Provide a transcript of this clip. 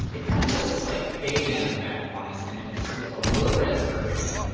it kind of does this like fade in effect on this image. you see like a low res version,